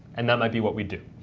and that might be what we do.